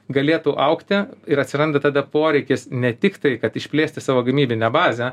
galėtų augti ir atsiranda tada poreikis ne tik tai kad išplėsti savo gamybinę bazę